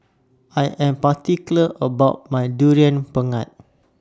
I Am particular about My Durian Pengat